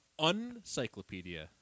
Uncyclopedia